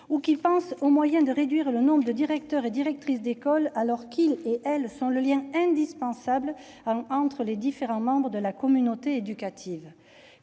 des enfants, ou à réduire le nombre de directeurs et de directrices d'école, alors qu'ils, et elles, sont le lien indispensable entre les différents membres de la communauté éducative.